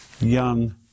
young